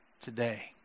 today